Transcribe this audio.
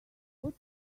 what